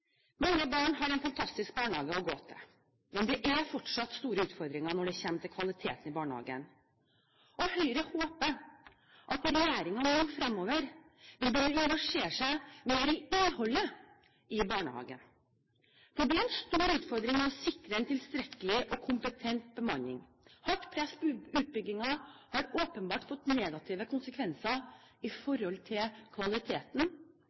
Mange barn har en fantastisk barnehage å gå til. Men det er fortsatt store utfordringer når det kommer til kvaliteten i barnehagen. Høyre håper at regjeringen nå fremover vil begynne å engasjere seg mer i innholdet i barnehagen. Det er en stor utfordring å sikre en tilstrekkelig og kompetent bemanning. Hardt press på utbygging har åpenbart fått negative konsekvenser i